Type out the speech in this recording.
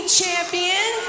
champion